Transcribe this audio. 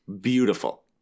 Beautiful